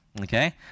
Okay